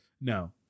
no